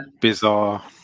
bizarre